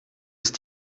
ist